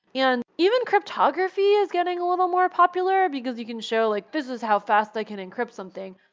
and even cryptography is getting a little more popular, because you can show, like this is how fast they can encrypt something.